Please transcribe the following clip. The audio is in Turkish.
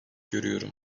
görüyorum